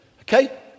Okay